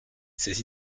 ses